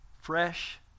fresh